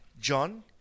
John